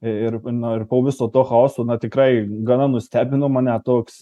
ir na ir po viso to chaoso na tikrai gana nustebino mane toks